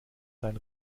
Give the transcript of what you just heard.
sein